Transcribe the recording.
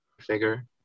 figure